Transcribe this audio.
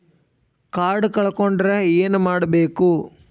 Card ಕಳ್ಕೊಂಡ್ರ ಏನ್ ಮಾಡಬೇಕು?